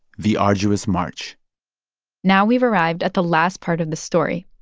the arduous march now we've arrived at the last part of the story.